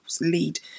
lead